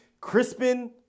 Crispin